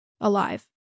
Alive